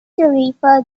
tarifa